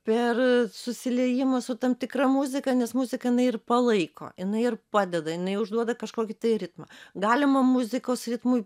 per susiliejimą su tam tikra muzika nes muzika jinai ir palaiko ir padeda jinai užduoda kažkokį ritmą galima muzikos ritmui